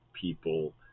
people